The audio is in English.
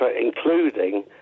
including